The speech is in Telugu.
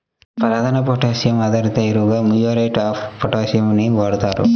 ప్రధాన పొటాషియం ఆధారిత ఎరువుగా మ్యూరేట్ ఆఫ్ పొటాష్ ని వాడుతారు